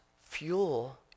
fuel